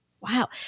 Wow